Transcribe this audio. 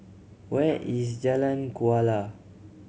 where is Jalan Kuala